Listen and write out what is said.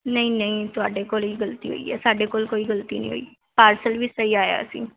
ਨਹੀਂ ਨਹੀਂ ਤੁਹਾਡੇ ਕੋਲ ਹੀ ਗਲਤੀ ਹੋਈ ਹੈ ਸਾਡੇ ਕੋਲ ਕੋਈ ਗਲਤੀ ਨਹੀਂ ਹੋਈ ਪਾਰਸਲ ਵੀ ਸਹੀ ਆਇਆ ਸੀ